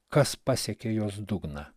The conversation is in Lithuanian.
kas pasekė jos dugną